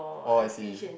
oh I see